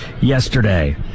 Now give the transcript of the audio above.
yesterday